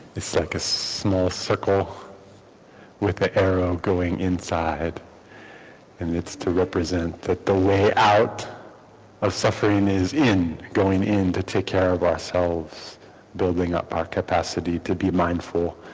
it's like a small circle with an arrow going inside and it's to represent that the way out of suffering is in going in to take care of ourselves building up our capacity to be mindful